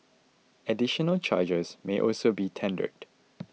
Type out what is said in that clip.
additional charges may also be tendered